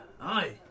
aye